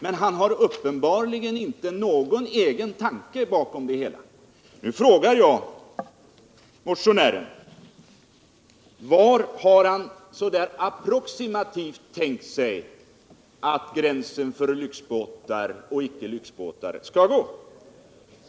Men han har uppenbarligen inte någon egen tanke bakom det hela. Nu frågar jag motionären var han approximativt har tänkt sig att gränsen för lyxbåtar och icke lyxbåtar skall gå.